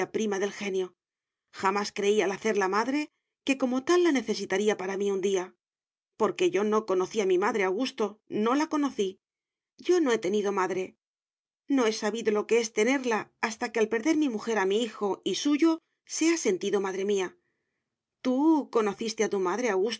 del genio jamás creí al hacerla madre que como tal la necesitaría para mí un día porque yo no conocí a mi madre augusto no la conocí yo no he tenido madre no he sabido lo que es tenerla hasta que al perder mi mujer a mi hijo y suyo se ha sentido madre mía tú conociste a tu madre